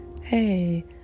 hey